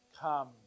come